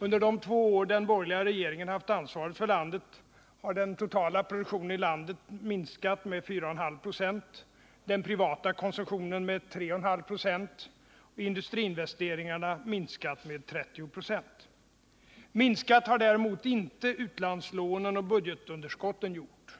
Under de två år den borgerliga regeringen haft ansvaret för landet har den totala produktionen i landet minskat med 4,5 96, den privata konsumtionen med 3,5 96 och industriinvesteringarna med 30 96. Minskat har däremot inte utlandslånen och budgetunderskotten gjort.